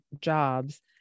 jobs